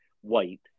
white